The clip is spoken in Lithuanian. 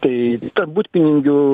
tai ta butpinigių